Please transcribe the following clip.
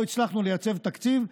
לייצר תקציב.